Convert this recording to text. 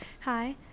Hi